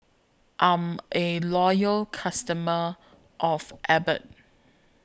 I'm A Loyal customer of Abbott